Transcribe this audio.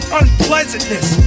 unpleasantness